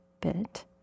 bit